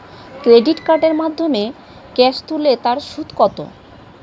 Credit কার্ডের মাধ্যমে cash তুলে তার সুদ কত?